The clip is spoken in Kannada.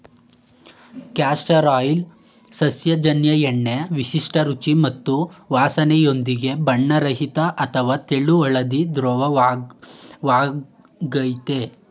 ಕ್ಯಾಸ್ಟರ್ ಆಯಿಲ್ ಸಸ್ಯಜನ್ಯ ಎಣ್ಣೆ ವಿಶಿಷ್ಟ ರುಚಿ ಮತ್ತು ವಾಸ್ನೆಯೊಂದಿಗೆ ಬಣ್ಣರಹಿತ ಅಥವಾ ತೆಳು ಹಳದಿ ದ್ರವವಾಗಯ್ತೆ